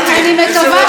אז הציבור,